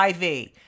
IV